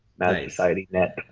madsocietynet.